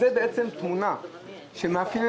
זו בעצם תמונה שמאפיינת